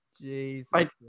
Jesus